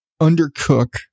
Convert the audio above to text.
undercook